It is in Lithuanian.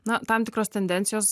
na tam tikros tendencijos